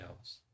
else